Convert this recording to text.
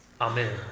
Amen